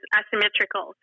asymmetrical